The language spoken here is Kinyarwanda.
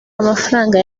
amafaranga